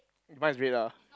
mine is red lah